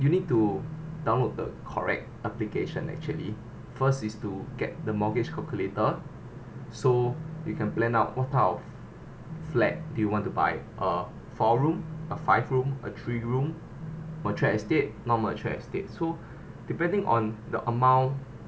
you need to download the correct application actually first is to get the mortgage calculator so we can plan out what type of flat they want to buy uh four room or five room or three room mature estate non mature estate so depending on the amount